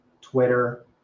twitter